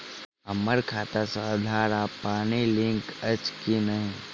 हम्मर खाता सऽ आधार आ पानि लिंक अछि की नहि?